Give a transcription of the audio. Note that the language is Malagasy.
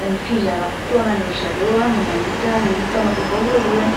ny fizaram-potoana any amin'ny zareo no mahita ny taona vaovao voalohany.